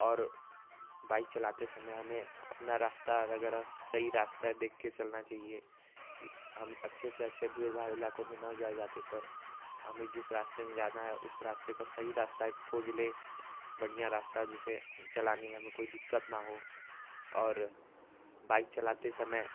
और बाइक चलाते समय हमें अपना रास्ता वगैरह सही रास्ता देख के चलना चाहिए कि हम अच्छे से अच्छे भीड़ भाड़ इलाकों में न जाएं ज़्यादातर हमें जिस रास्ते में जाना है उस रास्ते का सही रास्ता एक खोज लें बढ़िया रास्ता जिसे चलाने में हमें कोई दिक्कत ना हो और बाइक चलाते समय